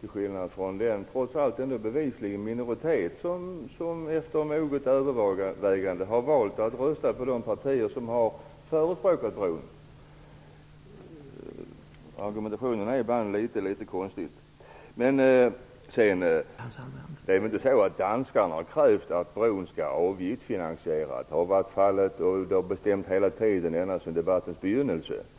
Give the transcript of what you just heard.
till skillnad från den minoritet som efter moget övervägande har valt att rösta på de partier som inte förespråkar en bro. Argumentationen är ibland litet konstig. Det är väl inte så att danskarna har krävt att bron skall avgiftsfinansieras. Det har varit bestämt hela tiden, ända sedan debattens begynnelse.